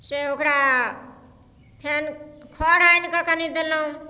से ओकरा फेर खऽर आनि कऽ कनी देलहुॅं